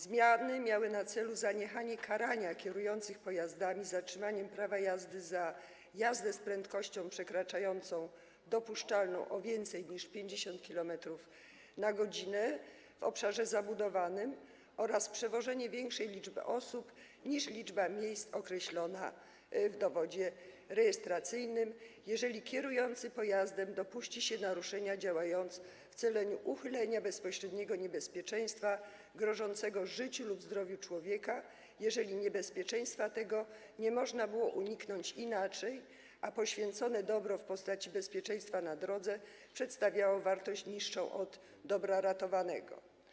Zmiany miały na celu zaniechanie karania kierujących pojazdami zatrzymaniem prawa jazdy za jazdę z prędkością przekraczającą dopuszczalną prędkość o więcej niż 50 km/h w obszarze zabudowanym oraz za przewożenie większej liczby osób niż liczba miejsc określona w dowodzie rejestracyjnym, jeżeli kierujący pojazdem dopuści się naruszenia, działając w celu uchylenia bezpośredniego niebezpieczeństwa grożącego życiu lub zdrowiu człowieka, jeżeli niebezpieczeństwa tego nie można było uniknąć inaczej, a poświęcone dobro w postaci bezpieczeństwa na drodze przedstawiało wartość niższą od dobra ratowanego.